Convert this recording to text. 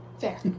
Fair